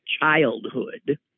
childhood